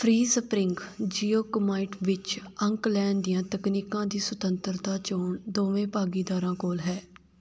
free sparring ਜਿਓ ਕੁਮਾਈਟ ਵਿੱਚ ਅੰਕ ਲੈਣ ਦੀਆਂ ਤਕਨੀਕਾਂ ਦੀ ਸੁਤੰਤਰਤਾ ਚੋਣ ਦੋਵੇਂ ਭਾਗੀਦਾਰਾਂ ਕੋਲ ਹੈ